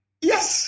yes